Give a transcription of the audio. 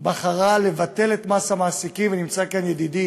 בחרה לבטל את מס המעסיקים, ונמצא כאן ידידי